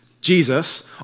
Jesus